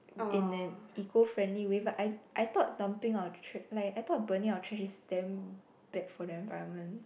in an eco friendly way but I I thought dumping our tra~ like I thought burning our trash is damn bad for the environment